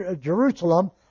Jerusalem